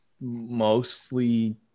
mostly